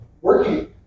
working